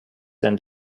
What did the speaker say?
and